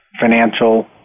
financial